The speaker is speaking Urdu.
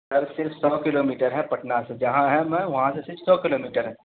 سر صرف سو کلو میٹر ہے پٹنہ سے جہاں ہم ہیں وہاں سے صرف سو کلو میٹر ہے